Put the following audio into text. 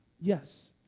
Yes